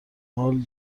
حال